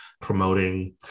promoting